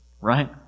Right